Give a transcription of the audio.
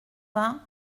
vingt